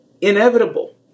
inevitable